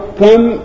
come